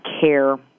care